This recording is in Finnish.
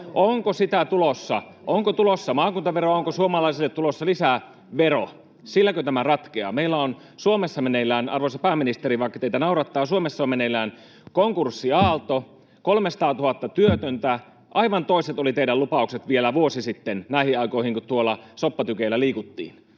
Onko sitä tulossa? Onko tulossa maakuntaveroa, onko suomalaisille tulossa lisävero? Silläkö tämä ratkeaa? Meillä on Suomessa meneillään — arvoisa pääministeri, vaikka teitä naurattaa — konkurssiaalto, 300 000 työtöntä. Aivan toiset olivat teidän lupauksenne vielä vuosi sitten niihin aikoihin, kun tuolla soppatykeillä liikuttiin.